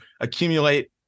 accumulate